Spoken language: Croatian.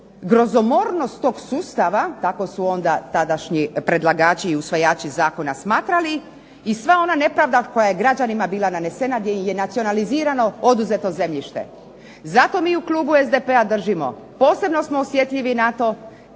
grozomornost tog sustava, tako su onda tadašnji predlagači i usvajači zakona smatrali, i sva ona nepravda koja je građanima bila nanesena, gdje je nacionalizirano oduzeto zemljište. Zato mi u klubu SDP-a držimo, posebno smo osjetljivi na to